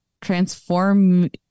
transform